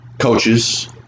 coaches